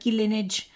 lineage